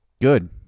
good